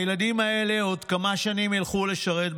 הילדים האלה ילכו לשרת בעוד כמה שנים בצבא.